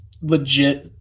legit